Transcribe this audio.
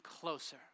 closer